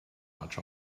much